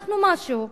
אנחנו משהו,